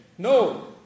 No